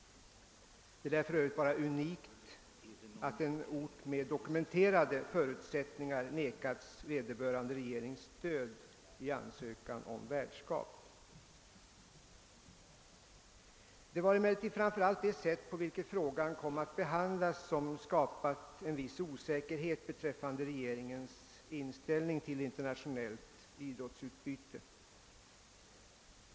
Det lär för övrigt vara unikt att en ort med dokumenterade förutsättningar nekas vederbörande regerings stöd vid ansökan om värdskap. Det är emellertid framför allt det sätt på vilket denna fråga behandlas som skapat en viss osäkerhet rörande regeringens inställning till internationellt idrottsutbyte.